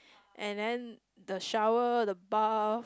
and then the shower the bath